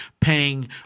paying